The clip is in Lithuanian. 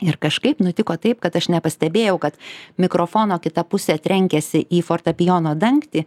ir kažkaip nutiko taip kad aš nepastebėjau kad mikrofono kita puse trenkėsi į fortepijono dangtį